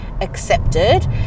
accepted